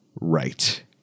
right